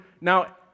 Now